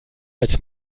als